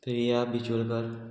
Priya Bijolkar